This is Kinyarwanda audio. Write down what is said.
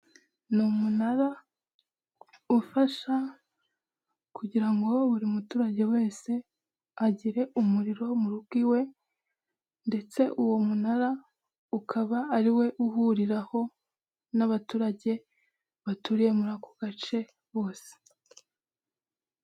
Ni umunara ufasha kugira ngo buri muturage wese agire umuriro mu rugo iwe, ndetse uwo munara ukaba ari we uhuriraho n'abaturage baturiye muri ako gace bose.